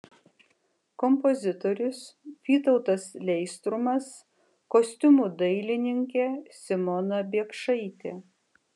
kompozitorius vytautas leistrumas kostiumų dailininkė simona biekšaitė